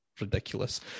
ridiculous